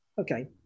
Okay